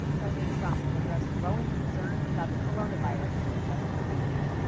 president trump will address growing concerns about the coronavirus in just a few minutes.